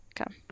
Okay